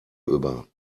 über